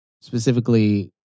specifically